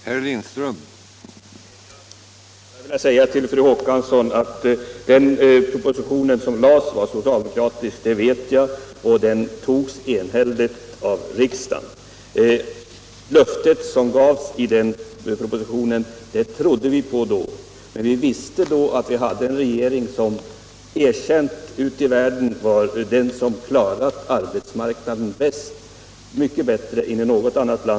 Herr talman! Att den proposition som lades var socialdemokratisk vet jag, fru Håkansson. Den antogs enhälligt av riksdagen. Det löfte som gavs i den propositionen trodde vi på. Men vi visste då att vi hade en regering som ute i världen erkänt hade klarat arbetsmarknaden bäst.